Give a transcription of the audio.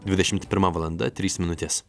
dvidešimt pirma valanda trys minutės